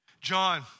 John